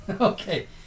Okay